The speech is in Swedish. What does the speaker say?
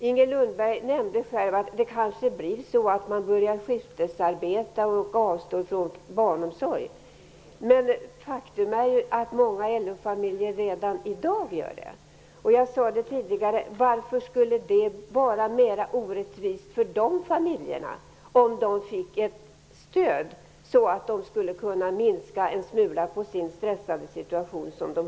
Inger Lundberg nämnde själv att det kanske blir så att man börjar skiftarbeta och avstå från barnomsorg, men faktum är att många LO familjer redan i dag gör så. Varför skulle det vara mera orättvist om de familjerna fick ett stöd, så att de skulle kunna lätta en smula på sin stressade situation?